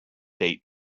date